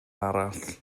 arall